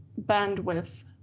bandwidth